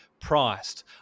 priced